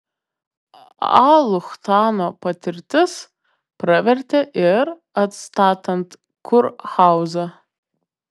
a luchtano patirtis pravertė ir atstatant kurhauzą